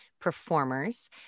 performers